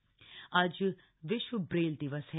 Braille दिवस आज विश्व ब्रेल दिवस है